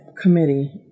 committee